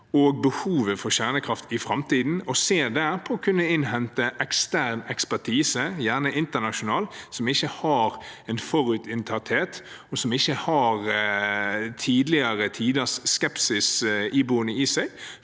og behovet for kjernekraft i framtiden. Der ser vi på å kunne innhente ekstern ekspertise, gjerne internasjonalt, som ikke er forutinntatt og som ikke har tidligere tiders skepsis iboende,